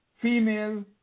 Female